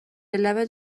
لبت